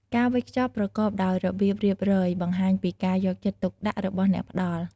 ការវេចខ្ចប់ប្រកបដោយរបៀបរៀបរយ បង្ហាញពីការយកចិត្តទុកដាក់របស់អ្នកផ្តល់។